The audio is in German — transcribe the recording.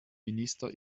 minister